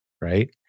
Right